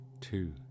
Two